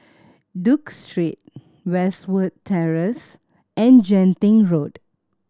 Duke Street Westwood Terrace and Genting Road